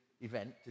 event